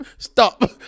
Stop